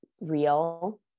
real